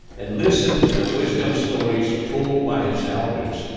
and listened to the wisdom stories told by his elders,